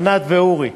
ענת ואורי,